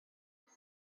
mae